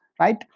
right